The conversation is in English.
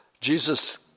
Jesus